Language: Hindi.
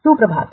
शुभ प्रभात